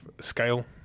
scale